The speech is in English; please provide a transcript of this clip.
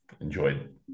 enjoyed